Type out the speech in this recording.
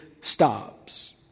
stops